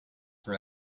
for